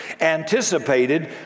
anticipated